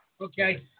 Okay